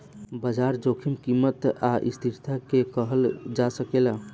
बाजार जोखिम कीमत आ अस्थिरता के कहल जा सकेला